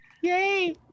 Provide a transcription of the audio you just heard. Yay